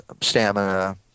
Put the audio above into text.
stamina